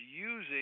using